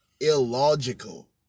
illogical